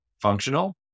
functional